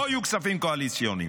לא יהיו כספים קואליציוניים.